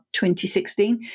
2016